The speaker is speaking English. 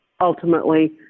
ultimately